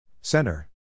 Center